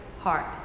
heart